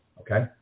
okay